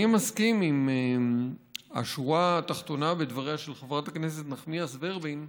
אני מסכים לשורה התחתונה בדבריה של חברת הכנסת נחמיאס ורבין,